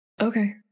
okay